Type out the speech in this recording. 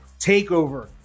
takeover